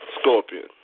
Scorpion